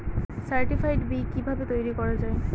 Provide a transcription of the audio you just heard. Certified বি কিভাবে তৈরি করা যায়?